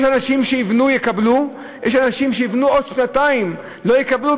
יש אנשים שיבנו ויקבלו ויש אנשים שיבנו עוד שנתיים ולא יקבלו,